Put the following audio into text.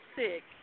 sick